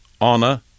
honor